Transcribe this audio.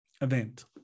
event